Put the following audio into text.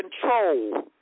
control